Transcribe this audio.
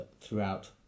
throughout